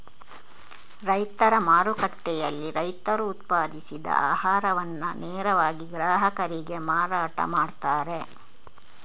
ರೈತರ ಮಾರುಕಟ್ಟೆಯಲ್ಲಿ ರೈತರು ಉತ್ಪಾದಿಸಿದ ಆಹಾರವನ್ನ ನೇರವಾಗಿ ಗ್ರಾಹಕರಿಗೆ ಮಾರಾಟ ಮಾಡ್ತಾರೆ